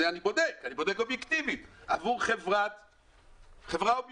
בודק אובייקטיבית עבור חברה אובייקטיבית.